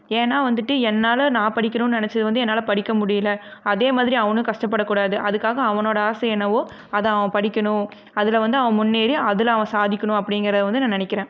ஏன்னா வந்துவிட்டு என்னால் நான் படிக்கணுன்னு நினச்சது வந்து என்னால் படிக்க முடியல அதே மாதிரி அவனும் கஷ்டப்படக்கூடாது அதுக்காக அவனோட ஆசை என்னவோ அதை அவன் படிக்கணும் அதில் வந்து அவன் முன்னேறி அதில் அவன் சாதிக்கணும் அப்படிங்கிறத வந்து நான் நினைக்கிறேன்